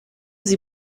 sie